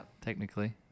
Technically